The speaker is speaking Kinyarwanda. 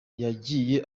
yagiye